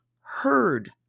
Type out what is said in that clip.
heard